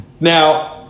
Now